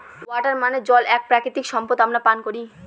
water মানে জল এক প্রাকৃতিক সম্পদ আমরা পান করি